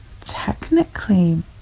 technically